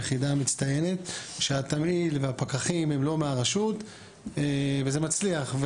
יחידה מצטיינת שהתמהיל והפקחים הם לא מהרשות וזה מצליח.